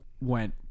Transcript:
went